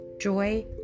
Joy